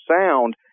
sound